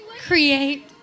create